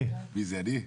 מי זה, אני?